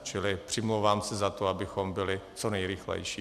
Čili přimlouvám se za to, abychom byli co nejrychlejší.